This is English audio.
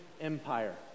Empire